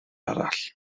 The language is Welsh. arall